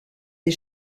des